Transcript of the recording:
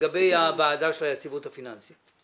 לגבי הוועדה של היציבות הפיננסית.